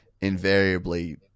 invariably